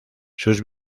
sus